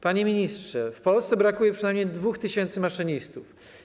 Panie ministrze, w Polsce brakuje przynajmniej 2 tys. maszynistów.